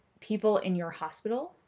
peopleinyourhospital